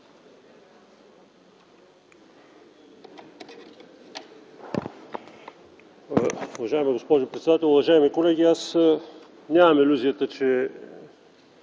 Уважаема госпожо председател, уважаеми колеги! Аз нямам илюзията, че